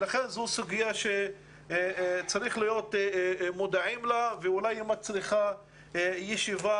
זו סוגיה שצריך להיות מודעים לה ואולי היא מצריכה ישיבה